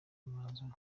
umwanzuro